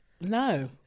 no